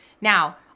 Now